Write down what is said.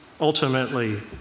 Ultimately